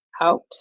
out